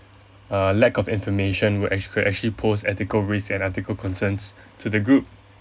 err lack of information would actual~ could actually pose ethical risk and ethical concerns to the group